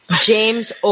James